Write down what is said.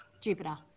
Jupiter